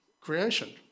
creation